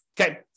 Okay